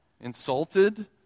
insulted